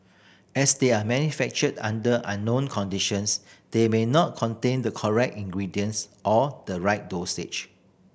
as they are manufactured under unknown conditions they may not contain the correct ingredients or the right dosages